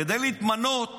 כדי להתמנות